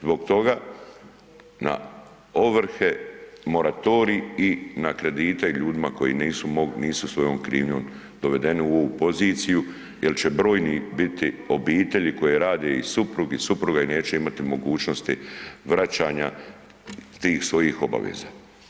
Zbog toga, na ovrhe moratorij i na kredite ljudima koji nisu svojom krivnjom dovedeni u ovu poziciju jer će brojni biti obitelji koje rade i suprug i supruga i neće imati mogućnosti vraćanja tih svojih obaveza.